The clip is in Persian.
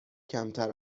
کمتر